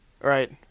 right